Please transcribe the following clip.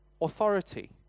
authority